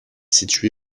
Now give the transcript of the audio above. situé